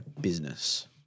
business